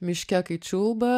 miške kai čiulba